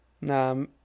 No